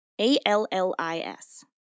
A-L-L-I-S